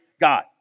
God